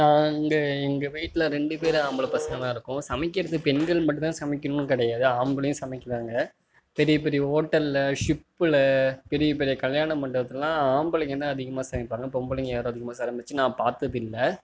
நாங்கள் எங்கள் வீட்டில் ரெண்டுபேர் ஆம்பளை பசங்கள் தான் இருக்கோம் சமைக்கிறது பெண்கள் மட்டும்தான் சமைக்கணும்னு கிடையாது ஆம்பளையும் சமைக்கிறாங்க பெரிய பெரிய ஹோட்டலில் ஷிப்பில் பெரிய பெரிய கல்யாண மண்டபத்திலாம் ஆம்பளைங்க தான் அதிகமாக சமைப்பாங்க பொம்பளைங்க யாரும் அதிகமாக சமைத்து நான் பார்த்தது இல்லை